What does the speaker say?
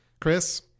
Chris